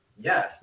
yes